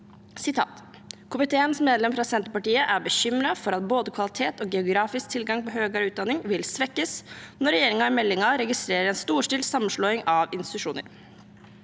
«Komiteens medlem fra Senterpartiet er bekymret for at både kvalitet og geografisk tilgang på høyere utdanning vil svekkes når regjeringen i meldingen regisserer en storstilt sammenslåing av institusjoner.